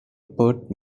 put